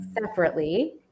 separately